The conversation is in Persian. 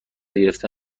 گرفتن